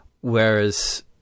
Whereas